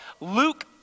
Luke